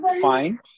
fine